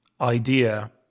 idea